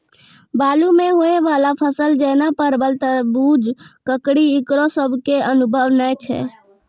बालू मे होय वाला फसल जैना परबल, तरबूज, ककड़ी ईकरो सब के अनुभव नेय छै?